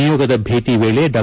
ನಿಯೋಗದ ಭೇಟಿ ವೇಳೆ ಡಾ